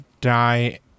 die